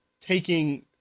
taking